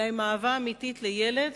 אלא עם אהבה אמיתית לילד